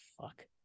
fuck